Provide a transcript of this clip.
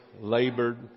labored